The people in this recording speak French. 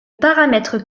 paramètre